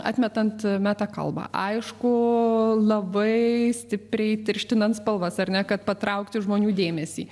atmetant meta kalbą aišku labai stipriai tirštinant spalvas ar ne kad patraukti žmonių dėmesį